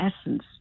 essence